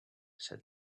said